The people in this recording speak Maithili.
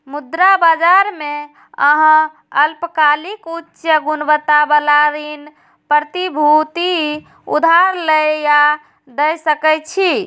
मुद्रा बाजार मे अहां अल्पकालिक, उच्च गुणवत्ता बला ऋण प्रतिभूति उधार लए या दै सकै छी